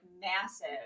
massive